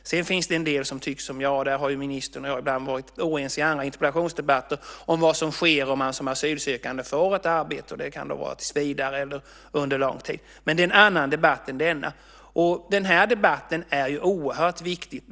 Sedan finns det en del som tycker som jag - ministern och jag har ju ibland varit oense i andra interpellationsdebatter om vad som sker om man som asylsökande får ett arbete, tills vidare eller under lång tid. Men det är en annan debatt än den här. Den här debatten är oerhört viktig.